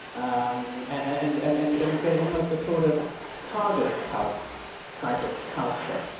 um and and and you and you get almost a sort of cargo cult type of culture,